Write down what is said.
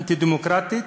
אנטי-דמוקרטית,